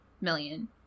million